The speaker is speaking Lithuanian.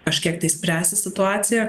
kažkiek tai spręsis situacija